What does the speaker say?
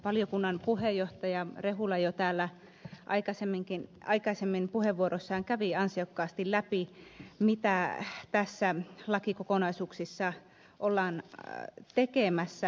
valiokunnan puheenjohtaja rehula jo täällä aikaisemmin puheenvuorossaan kävi ansiokkaasti läpi mitä tässä lakikokonaisuudessa ollaan tekemässä